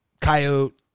coyote